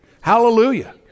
Hallelujah